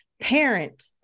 parent